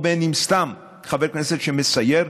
ובין שהוא סתם חבר כנסת שמסייר,